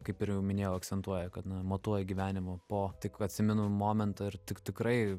kaip ir jau minėjau akcentuoja kad na matuoja gyvenimu po tik atsimenu momentą ir tik tikrai